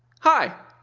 hi,